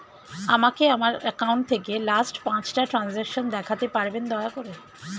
আমাকে আমার অ্যাকাউন্ট থেকে লাস্ট পাঁচটা ট্রানজেকশন দেখাতে পারবেন দয়া করে